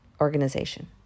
organization